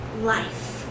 Life